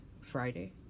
friday